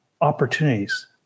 opportunities